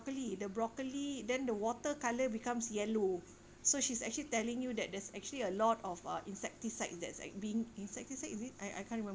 ~ccoli the broccoli then the water colour becomes yellow so she's actually telling you that there's actually a lot of uh insecticide that's like being insecticide is it I I can't remember